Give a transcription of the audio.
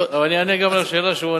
אני אענה גם על השאלה שהוא שואל.